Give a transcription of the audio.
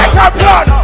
Champion